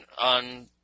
on